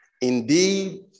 Indeed